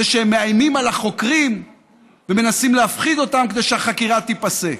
הם מאיימים על החוקרים ומנסים להפחיד אותם כדי שהחקירה תיפסק.